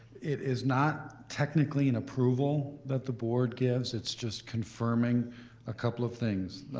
it is not technically an approval that the board gives, it's just confirming a couple of things.